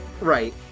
Right